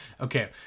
okay